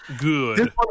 Good